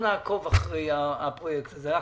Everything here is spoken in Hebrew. אנחנו נעקוב אחרי הפרויקט הזה.